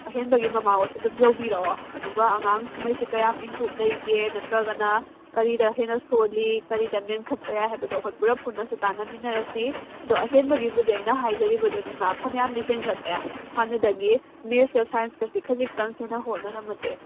ꯑꯍꯦꯟꯕꯒꯤ ꯃꯃꯥꯈꯣꯏꯁꯨ ꯑꯗꯨꯝ ꯌꯥꯎꯕꯤꯔꯛꯑꯣ ꯑꯗꯨꯒ ꯑꯉꯥꯡꯉꯩꯁꯤ ꯀꯌꯥꯝ ꯏꯝꯄ꯭ꯔꯨꯞ ꯂꯩꯒꯦ ꯅꯠꯇ꯭ꯔꯒꯅ ꯀꯔꯤꯗ ꯍꯦꯟꯅ ꯁꯣꯜꯂꯤ ꯀꯔꯤꯗ ꯃꯦꯟꯈꯠꯄ ꯌꯥꯏ ꯍꯥꯏꯕꯗꯣ ꯑꯩꯈꯣꯏ ꯄꯨꯂꯞ ꯄꯨꯟꯅꯁꯨ ꯇꯥꯟꯅꯃꯤꯟꯅꯔꯁꯤ ꯑꯗꯨ ꯑꯍꯦꯟꯕꯒꯤꯕꯨꯗꯤ ꯑꯩꯅ ꯍꯥꯏꯖꯔꯤꯕꯗꯨꯅꯤ ꯃꯥ ꯐꯅꯌꯥꯝꯅꯗꯤ ꯍꯦꯟꯒꯠꯂꯦ ꯍꯥꯟꯅꯗꯒꯤ ꯃꯦꯠꯁꯀ ꯁꯥꯏꯟꯁꯀꯁꯤ ꯈꯖꯤꯛꯇꯪ ꯍꯦꯟꯅ ꯍꯣꯠꯅꯔꯝꯃꯗꯤ